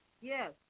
yes